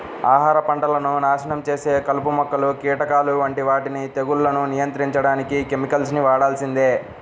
ఆహార పంటలను నాశనం చేసే కలుపు మొక్కలు, కీటకాల వంటి వాటిని తెగుళ్లను నియంత్రించడానికి కెమికల్స్ ని వాడాల్సిందే